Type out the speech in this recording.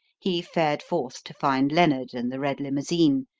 he fared forth to find lennard and the red limousine,